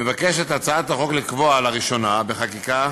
מבקשת הצעת החוק לקבוע לראשונה בחקיקה